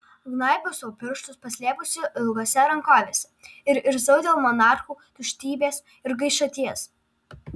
gnaibiau sau pirštus paslėpusi ilgose rankovėse ir irzau dėl monarchų tuštybės ir gaišaties